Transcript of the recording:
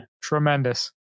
Tremendous